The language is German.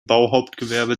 bauhauptgewerbe